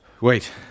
Wait